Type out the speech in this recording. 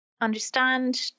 understand